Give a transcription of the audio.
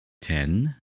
Ten